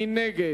מי נגד?